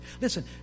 listen